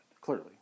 clearly